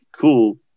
Cool